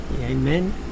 Amen